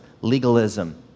legalism